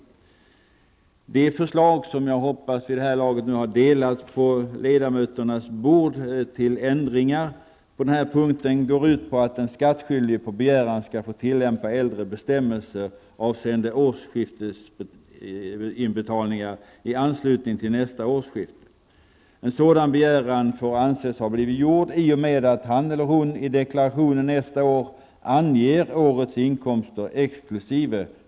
Det förslag till ändringar på denna punkt, som jag hoppas vid det här laget har delats på ledamöternas bänkar, går ut på att den skattskyldige på begäran skall få tillämpa äldre bestämmelser avseende årsskiftesinbetalningar i anslutning till nästa årsskifte. En sådan begäran får anses ha blivit gjord i och med att han eller hon i deklarationen nästa år anger årets inkomster exkl.